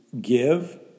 give